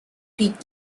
peak